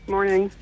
Morning